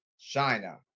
China